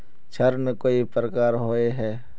ऋण कई प्रकार होए है?